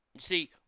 See